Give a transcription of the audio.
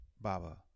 Baba